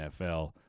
NFL